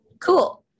cool